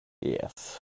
yes